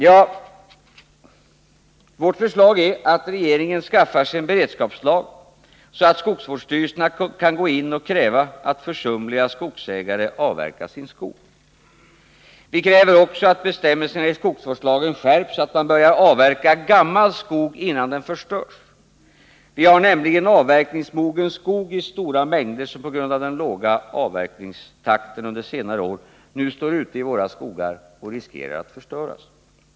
Ja, vårt förslag är att regeringen skaffar sig en beredskapsplan, så att skogsstyrelserna kan gå in och kräva att försumliga skogsägare avverkar sin skog. Vi kräver också att bestämmelserna i skogsvårdslagen skärps, så att man börjar avveckla gammal skog innan den förstörs. Vi har nämligen avverkningsmogen skog i stora mängder som på grund av den låga avverkningstakten under senare år nu står ute i våra skogar, med risk att förstöras.